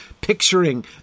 picturing